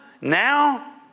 now